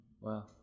Wow